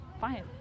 Fine